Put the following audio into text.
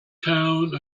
town